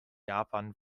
japan